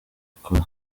ikora